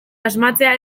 asmatzea